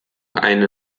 eine